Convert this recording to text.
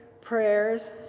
prayers